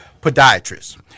podiatrist